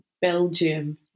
Belgium